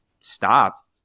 stop